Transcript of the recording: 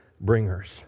bringers